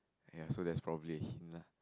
ya so that's probably a hint lah